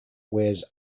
wears